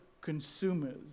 consumers